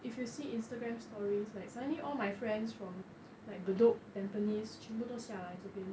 if you see instagram stories like suddenly all my friends from like bedok tampines 全部都下来这边